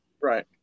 Right